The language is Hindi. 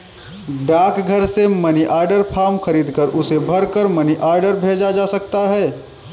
डाकघर से मनी ऑर्डर फॉर्म खरीदकर उसे भरकर मनी ऑर्डर भेजा जा सकता है